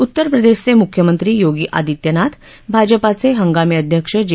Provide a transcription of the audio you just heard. उत्तरप्रदेशचे मुख्यमंत्री योगी आदित्यनाथ भाजपाचे हंगामी अध्यक्ष जे